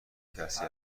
کسی